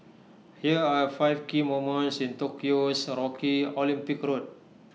here are five key moments in Tokyo's rocky Olympic road